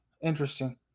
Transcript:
Interesting